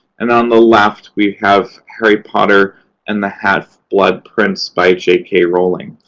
and on the left, we have harry potter and the half-blood prince' by j k. rowling.